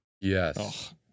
Yes